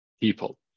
people